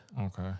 Okay